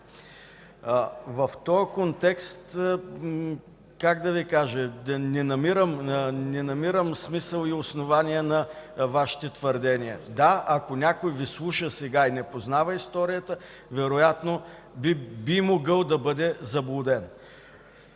В този контекст, как да Ви кажа, не намирам смисъл и основание на Вашите твърдения. Да, ако някой Ви слуша сега и не познава историята, вероятно би могъл да бъде заблуден.